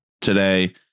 today